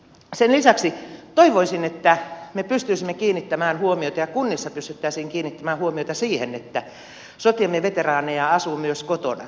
sen lisäksi toivoisin että me pystyisimme kiinnittämään huomiota ja kunnissa pystyttäisiin kiinnittämään huomiota siihen että sotiemme veteraaneja asuu myös kotona